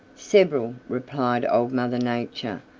several, replied old mother nature.